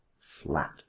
flat